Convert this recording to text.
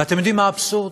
ואתם יודעים מה האבסורד?